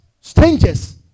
Strangers